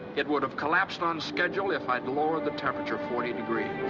it would have collapsed on schedule if i'd lowered the temperature forty degrees.